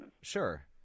Sure